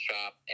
shop